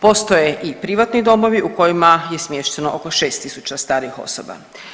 Postoje i privatni domovi u kojima je smješteno oko 6000 starih osoba.